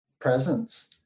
presence